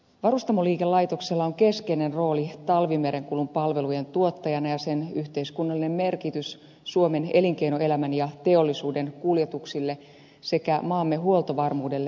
varustamoliikelaitoksella on keskeinen rooli talvimerenkulun palvelujen tuottajana ja sen yhteiskunnallinen merkitys suomen elinkeinoelämän ja teollisuuden kuljetuksille sekä maamme huoltovarmuudelle on merkittävä